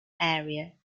area